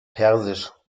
persisch